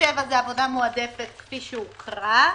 עבודה מועדפת כפי שהוקרא.